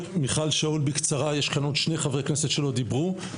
וגם אתה כבוד היושב ראש להיות מאוד אופרטיבית.